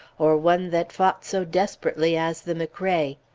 or one that fought so desperately as the mcrae.